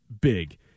big